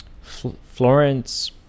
Florence